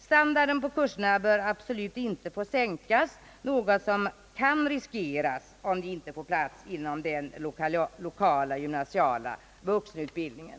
Standarden på kurserna bör absolut inte få sänkas, något som kan riskeras om de inte får plats inom den lokala gymnasiala vuxenutbildningen.